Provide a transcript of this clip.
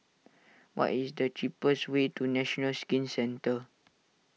what is the cheapest way to National Skin Centre